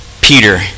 Peter